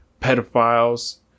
pedophiles